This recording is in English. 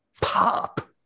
pop